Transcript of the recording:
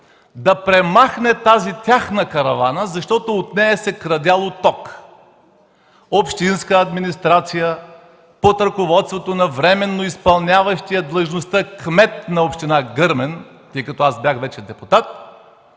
да премахне тяхната каравана, защото от нея се крадяло ток. Общинската администрация под ръководството на временно изпълняващия длъжността кмет на община Гърмен, тъй като аз бях вече депутат,